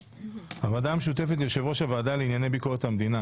(ה)הוועדה המשותפת ליושב ראש הוועדה לענייני ביקורת המדינה